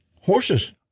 horses